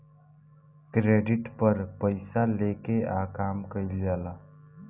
credit पर पइसा लेके आ काम कइल जाला